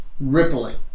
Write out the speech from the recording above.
rippling